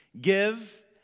Give